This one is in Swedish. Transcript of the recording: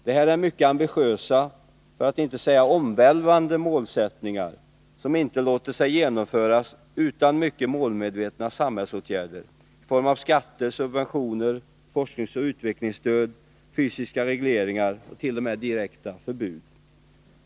Det här är mycket ambitiösa, för att inte säga omvälvande, målsättningar som inte låter sig genomföras utan mycket målmedvetna samhällsåtgärder i form av skatter, subventioner, forskningsoch utvecklingsstöd, fysiska regleringar och t.o.m. direkta förbud.